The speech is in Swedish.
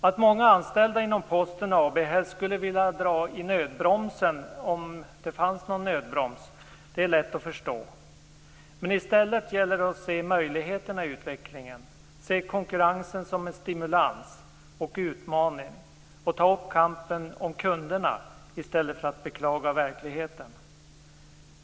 Att många anställda inom Posten AB helst skulle vilja dra i nödbromsen, om det fanns någon nödbroms, är lätt att förstå. Men i stället gäller det att se möjligheterna i utvecklingen, se konkurrensen som en stimulans och utmaning, och ta upp kampen om kunderna i stället för att beklaga verkligheten.